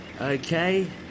Okay